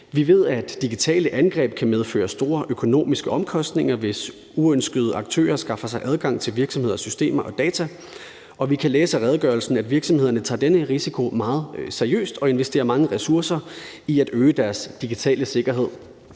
Vi ved, at digitale angreb kan medføre store økonomiske omkostninger, hvis uønskede aktører skaffer sig adgang til virksomheders systemer og data, og vi kan læse af redegørelsen, at virksomhederne tager denne risiko meget seriøst og investerer mange ressourcer i at øge deres digitale sikkerhed.